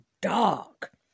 dark